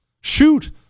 Shoot